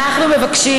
אנחנו מבקשים